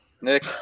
Nick